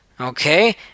Okay